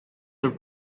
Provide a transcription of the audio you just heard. the